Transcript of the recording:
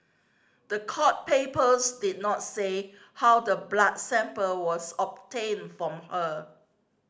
the court papers did not say how the blood sample was obtained from her